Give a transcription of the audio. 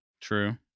True